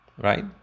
right